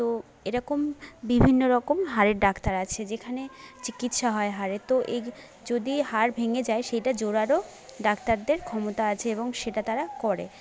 তো এরকম বিভিন্ন রকম হাড়ের ডাক্তার আছে যেখানে চিকিৎসা হয় হাড়ের তো এই যদি হাড় ভেঙে যায় সেটা জোড়ারও ডাক্তারদের ক্ষমতা আছে এবং সেটা তারা করে